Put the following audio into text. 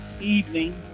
evening